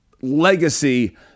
legacy